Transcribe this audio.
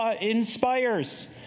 inspires